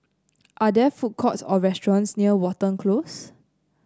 are there food courts or restaurants near Watten Close